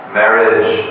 marriage